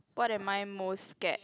what am I most scared